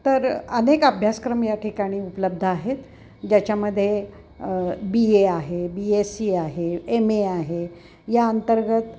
तर अनेक अभ्यासक्रम या ठिकाणी उपलब्ध आहेत ज्याच्यामध्ये बी ए आहे बी एस सी आहे एम ए आहे या अंतर्गत